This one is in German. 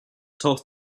taucht